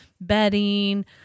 bedding